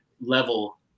level